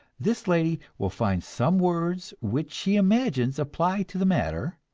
this lady will find some words which she imagines apply to the matter,